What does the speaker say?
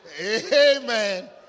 Amen